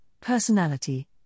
personality